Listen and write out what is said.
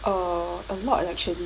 err a lot actually